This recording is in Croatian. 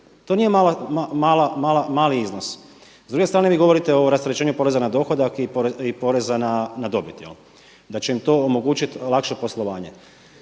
To nije mali iznos. S druge strane vi govorite o rasterećenju poreza na dohodak i poreza na dobit, da će im to omogućiti lakše poslovanje.